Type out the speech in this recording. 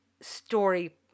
story